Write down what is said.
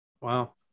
Wow